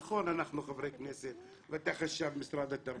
נכון, אנחנו חברי כנסת, ואתה חשב משרד התרבות.